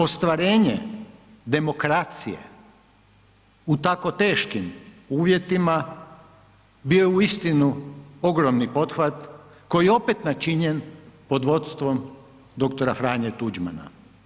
Ostvarenje demokracije u tako teškim uvjetima bio je uistinu ogromni pothvat koji je opet načinjen pod vodstvom dr. Franje Tuđmana.